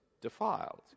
defiled